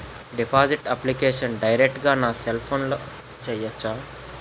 Deposit application direct గా నా cell ఫోన్లో చెయ్యచా?